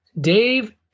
Dave